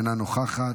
אינה נוכחת,